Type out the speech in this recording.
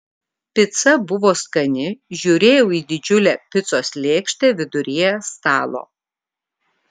pica buvo skani žiūrėjau į didžiulę picos lėkštę viduryje stalo